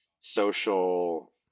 social